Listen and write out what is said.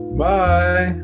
bye